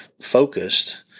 focused